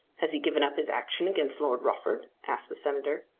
has he given up his action against lord rufford? asked the senator.